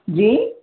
जी